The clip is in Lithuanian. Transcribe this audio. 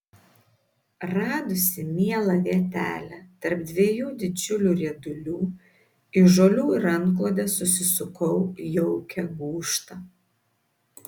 radusi mielą vietelę tarp dviejų didžiulių riedulių iš žolių ir antklodės susisukau jaukią gūžtą